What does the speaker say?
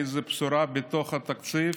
איזו בשורה בתוך התקציב,